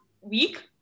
week